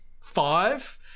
five